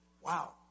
Wow